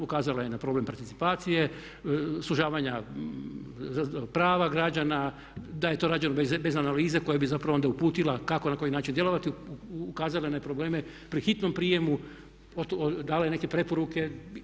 Ukazala je na problem participacije, sužavanja prava građana, da je to rađeno bez analize koja bi zapravo onda uputila kako i na koji način djelovati, ukazala na probleme pri hitnom prijemu, dala i neke preporuke.